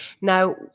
Now